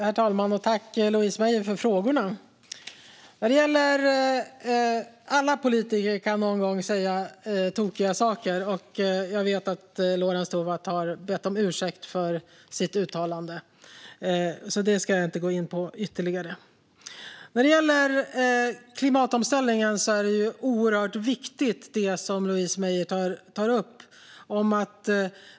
Herr talman! Tack, Louise Meijer, för frågorna! Alla politiker kan någon gång säga tokiga saker. Jag vet att Lorentz Tovatt har bett om ursäkt för sitt uttalande, så det ska jag inte gå in på ytterligare. När det gäller klimatomställningen är det som Louise Meijer tog upp oerhört viktigt.